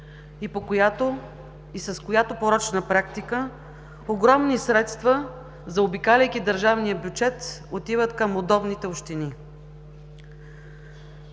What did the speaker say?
и с която порочна практика огромни средства, заобикаляйки държавния бюджет, отиват към удобните общини.